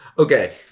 Okay